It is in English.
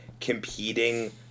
competing